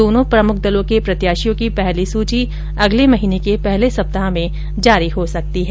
दोनो प्रमुख दलों के प्रत्याशियों की पहली सूची अगले महीने के पहले सप्ताह में जारी हो सकती है